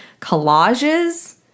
Collages